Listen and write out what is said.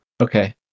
Okay